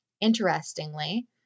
Interestingly